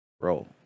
Bro